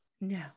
No